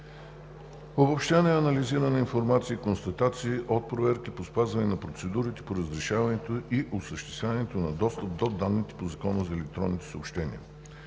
Обобщена и анализирана информация и констатации от проверки по спазване на процедурите по разрешаване и осъществяване на достъп до данните по Закона за електронните съобщения.